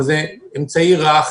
אבל זה אמצעי רך.